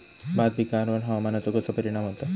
भात पिकांर हवामानाचो कसो परिणाम होता?